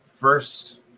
First